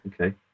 Okay